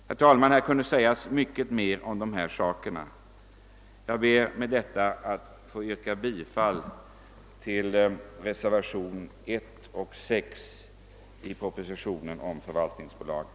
Herr talman! Här kunde sägas mycket mer om dessa saker, men jag begränsar mig till det sagda. Jag ber att få yrka bifall till reservationerna 1 och 6 i utlåtandet om förvaltningsbolaget.